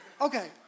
Okay